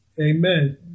Amen